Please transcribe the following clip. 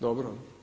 Dobro.